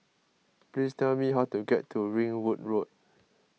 please tell me how to get to Ringwood Road